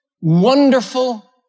wonderful